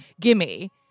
gimme